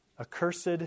Accursed